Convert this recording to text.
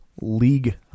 League